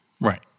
Right